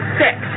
six